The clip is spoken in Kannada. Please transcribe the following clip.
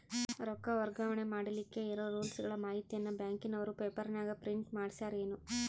ರೊಕ್ಕ ವರ್ಗಾವಣೆ ಮಾಡಿಲಿಕ್ಕೆ ಇರೋ ರೂಲ್ಸುಗಳ ಮಾಹಿತಿಯನ್ನ ಬ್ಯಾಂಕಿನವರು ಪೇಪರನಾಗ ಪ್ರಿಂಟ್ ಮಾಡಿಸ್ಯಾರೇನು?